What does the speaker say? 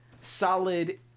solid